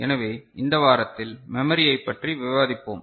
எனவே இந்த வாரத்தில் மெமரியைப் பற்றி விவாதிப்போம்